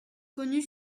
connu